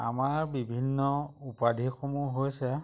আমাৰ বিভিন্ন উপাধিসমূহ হৈছে